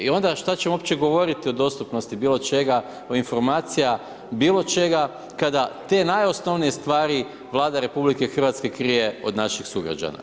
I onda šta ćemo uopće govoriti o dostupnosti bilo čega od informacija bilo čega kada te najosnovnije stvari Vlada RH krije od naših sugrađana.